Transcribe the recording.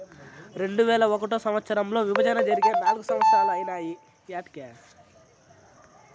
రెండువేల ఒకటో సంవచ్చరంలో విభజన జరిగి నాల్గు సంవత్సరాలు ఐనాయి